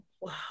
Wow